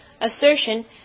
assertion